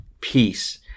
peace